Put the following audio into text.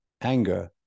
anger